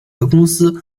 公司